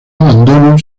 abandono